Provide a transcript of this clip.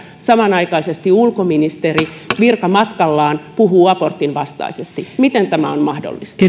samanaikaisesti ulkoministeri virkamatkallaan puhuu abortinvastaisesti miten tämä on mahdollista